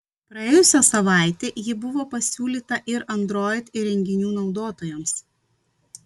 praėjusią savaitę ji buvo pasiūlyta ir android įrenginių naudotojams